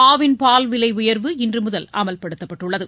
ஆவின் பால் விலை உயர்வு இன்று முதல் அமல்படுத்தப்பட்டுள்ளது